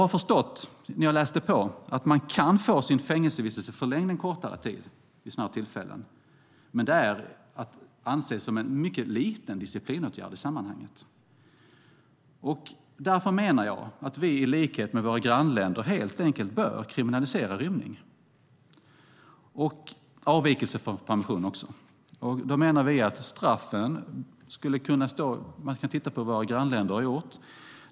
Efter att ha läst på har jag förstått att man kan få sin fängelsevistelse förlängd en kortare tid vid sådana här tillfällen. Men det är att anse som en mycket liten disciplinåtgärd i sammanhanget. Därför menar jag att vi i likhet med våra grannländer helt enkelt bör kriminalisera rymning och avvikelse från permission. När det gäller straffen kan man titta på hur våra grannländer har gjort.